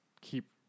keep